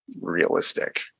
realistic